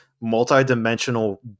multi-dimensional